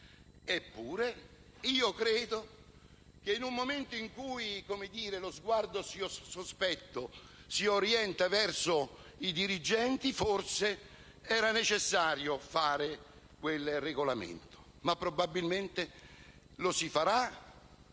eppure credo che, in un momento in cui lo sguardo sospetto si orienta verso i dirigenti, forse era necessario fare quel regolamento. Probabilmente lo si farà